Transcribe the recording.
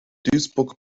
duisburg